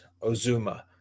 ozuma